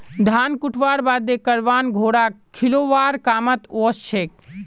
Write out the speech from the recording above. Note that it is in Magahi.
धान कुटव्वार बादे करवान घोड़ाक खिलौव्वार कामत ओसछेक